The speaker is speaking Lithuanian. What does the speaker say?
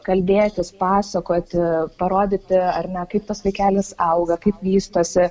kalbėtis pasakoti parodyti ar ne kaip tas vaikelis auga kaip vystosi